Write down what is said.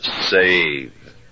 save